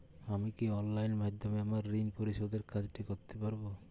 আমি কি অনলাইন মাধ্যমে আমার ঋণ পরিশোধের কাজটি করতে পারব?